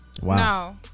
Wow